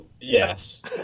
yes